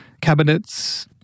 cabinets